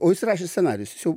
o jis rašė scenarijus jis jau